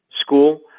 school